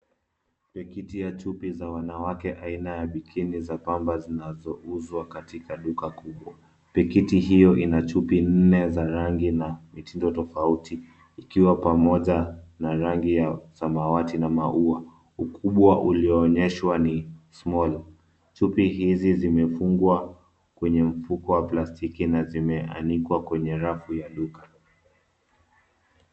Pikiti ya chupi za wanawake aina ya bikini za pamba zinazouzwa katika duka kubwa. Pikiti hiyo ina chupi nne za rangi na mitindo tofauti, ikiwa pamoja na rangi ya samawati na maua. Ukubwa ulioonyeshwa ni small . Chupi hizi zimefungwa kwenye mfuko wa plastiki na zimeanikwa kwenye rafu ya duka.